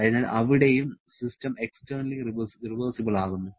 അതിനാൽ അവിടെയും system externally reversible ആകുന്നു